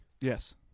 Yes